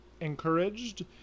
encouraged